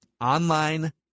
online